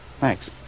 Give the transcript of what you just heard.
Thanks